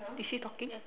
is she talking